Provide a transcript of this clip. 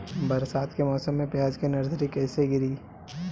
बरसात के मौसम में प्याज के नर्सरी कैसे गिरी?